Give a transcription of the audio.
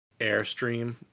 airstream